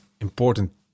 important